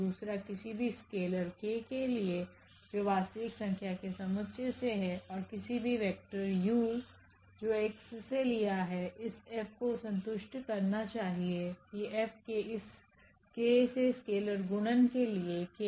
दूसराकिसी भी scalar k के लिए जोवास्तविक संख्या के समुच्चय से है और किसी भी वेक्टर 𝑢∈𝑋इस𝐹को संतुष्ट करना चाहिए कि𝐹 के इस k से स्केलर गुणन के लिए 𝑘𝑢𝑘𝐹𝑢